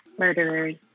murderers